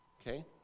okay